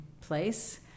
place